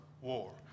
war